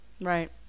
Right